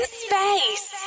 space